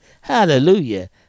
Hallelujah